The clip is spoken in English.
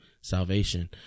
salvation